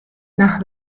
nach